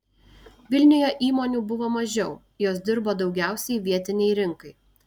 vilniuje įmonių buvo mažiau jos dirbo daugiausiai vietinei rinkai